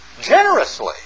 generously